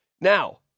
Now